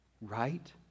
Right